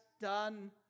done